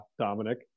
Dominic